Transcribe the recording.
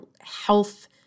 health